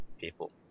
people